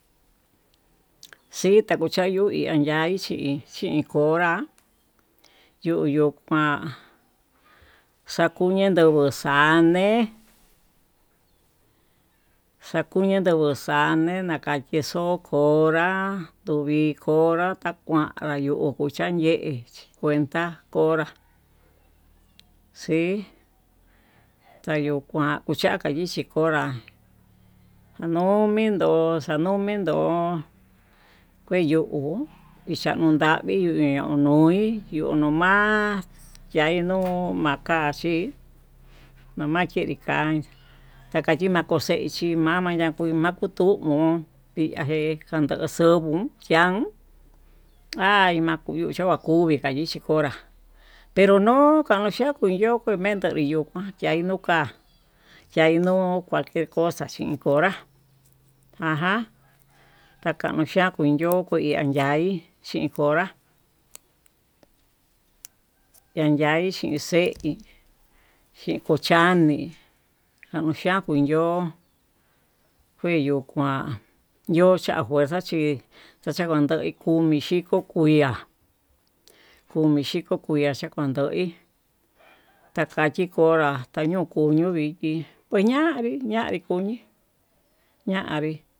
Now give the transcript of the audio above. Xhitakuchayu chin anyeai xhin xhinkonrá, yuyu kuan xakuyu yunguu xane'e xakuyu kunuxane ndovii konra takuan yuu yukuchanye chí kuanta konra xii tayuu kuan, chaka yichí konrá xano'o mendó xano'o mendó kueyo ko'o ichauu navii ixhanuí yunuma'a yeino makaxhí, namakenri kan chakaxhino makoxexhí namayakuin nakutón o'on tiande kanduu xuvuu ihán hay makuyu xhinakuvi makixhi, konra pero no'o kanda kuiyo kamentó kuiyokuan kaiyo kuan yaino cualquier cosa xhin konrá, takaunxhian kuiyo nayayaí chin konra yayai xhin xeí xhinkoxhiani kuaxhian kui yo'ó kueyuu kuan yo'o chia fuerza chíi xhaxakondoi komixhiko koin kuia komixhiko kuia xhakuandoí, takachi konra ta'a ño'o koño vii pes ña'avi ña'avi koñii ña'avi.